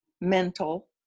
mental